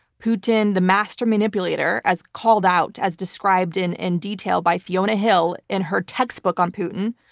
putin, the master manipulator, as called out, as described in in detail by fiona hill in her textbook on putin,